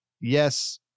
Yes